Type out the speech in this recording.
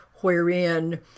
wherein